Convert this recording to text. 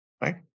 right